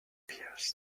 appears